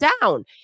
down